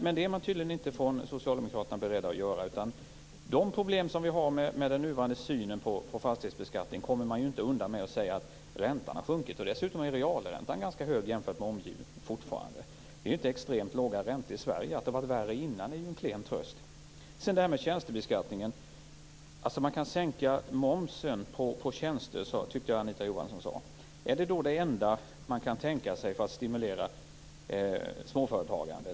Men det är tydligen inte socialdemokraterna beredda att göra. De problem vi har med den nuvarande synen på fastighetsbeskattning kommer man inte undan genom att säga att räntan har sjunkit. Dessutom är realräntan fortfarande ganska hög jämfört med omgivningen. Det är inte extremt låga räntor i Sverige. Det är en klen tröst att det har varit värre tidigare. När det gäller tjänstebeskattningen kan man sänka momsen på tjänster, tyckte jag att Anita Johansson sade. Är det det enda man kan tänka sig för att stimulera småföretagandet?